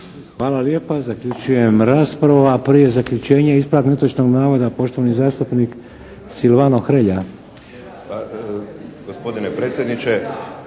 Hvala lijepa. Zaključujem raspravu. A prije zaključenja ispravak netočnog navoda poštovani zastupnik Silvano Hrelja.